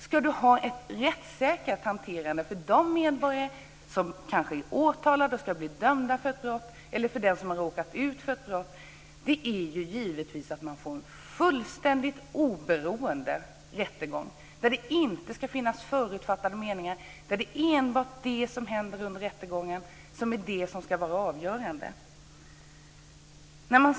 För att få ett rättssäkert hanterande för den medborgare som kanske är åtalad och som ska bli dömd för ett brott eller för den som har råkat ut för ett brott gäller det givetvis att få en fullständigt oberoende rättegång där det inte finns några förutfattade meningar utan där enbart det som händer under rättegången ska vara avgörande.